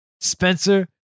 Spencer